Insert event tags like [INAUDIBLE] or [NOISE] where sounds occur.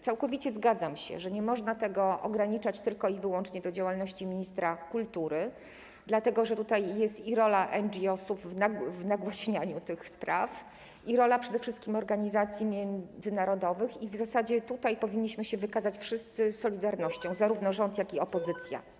Całkowicie zgadzam się, że nie można tego ograniczać tylko i wyłącznie do działalności ministra kultury, dlatego że tutaj jest i rola NGOs-ów w nagłaśnianiu tych spraw, i przede wszystkim rola organizacji międzynarodowych i tutaj w zasadzie wszyscy powinniśmy wykazać się solidarnością, [NOISE] zarówno rząd, jak i opozycja.